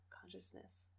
consciousness